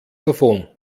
davon